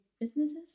businesses